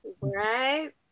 Right